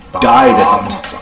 died